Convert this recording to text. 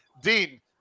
Dean